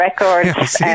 Records